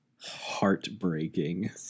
Heartbreaking